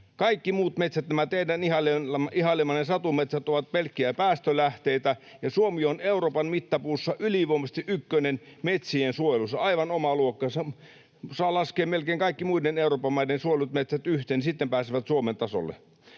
Kaikki muut metsät, nämä teidän ihailemanne satumetsät, ovat pelkkiä päästölähteitä. Ja Suomi on Euroopan mittapuulla ylivoimaisesti ykkönen metsien suojelussa, aivan omaa luokkaansa. Saa laskea melkein kaikki muiden Euroopan maiden suojellut metsät yhteen, niin sitten päästään Suomen tasolle.